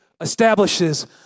establishes